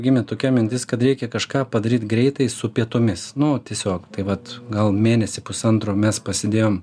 gimė tokia mintis kad reikia kažką padaryt greitai su pietumis nu tiesiog vat gal mėnesį pusantro mes pasidėjom